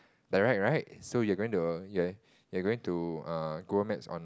direct right so you're going to uh you're going to err Google Maps on